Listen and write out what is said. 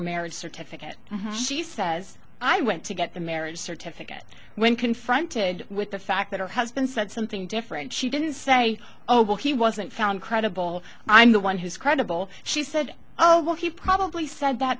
marriage certificate she says i went to get the marriage certificate when confronted with the fact that her husband said something different she didn't say oh well he wasn't found credible i'm the one who's credible she said oh well he probably said that